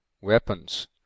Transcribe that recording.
weapons